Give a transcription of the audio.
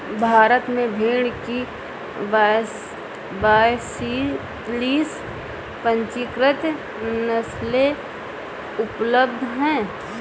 भारत में भेड़ की बयालीस पंजीकृत नस्लें उपलब्ध हैं